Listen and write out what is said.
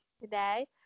today